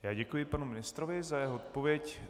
Já děkuji panu ministrovi za jeho odpověď.